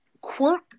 Quirk